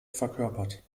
verkörpert